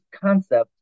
concept